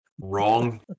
Wrong